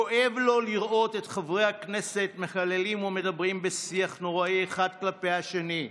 כואב לו לראות את חברי הכנסת מקללים ומדברים בשיח נוראי אחד כלפי השני,